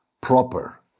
proper